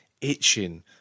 itching